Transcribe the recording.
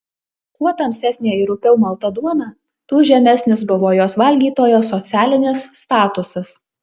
kuo tamsesnė ir rupiau malta duona tuo žemesnis buvo jos valgytojo socialinis statusas